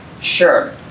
sure